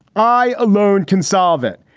i alone can solve it.